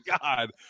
God